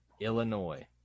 Illinois